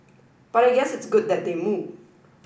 but I guess it's good that they move